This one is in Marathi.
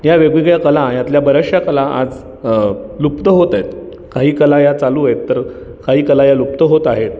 या वेगवेगळ्या कला यातल्या बऱ्याचश्या कला आज लुप्त होत आहेत काही कला या चालू आहेत तर काही कला या लुप्त होत आहेत